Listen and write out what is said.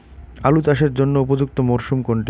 আলু চাষের জন্য উপযুক্ত মরশুম কোনটি?